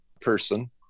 person